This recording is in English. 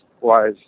wise